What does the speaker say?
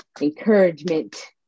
encouragement